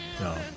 no